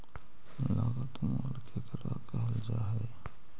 लागत मूल्य केकरा कहल जा हइ?